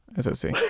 SOC